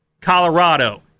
Colorado